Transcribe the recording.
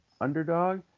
underdog